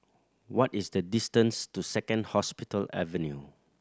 what is the distance to Second Hospital Avenue